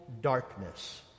darkness